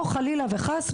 או שחלילה וחס,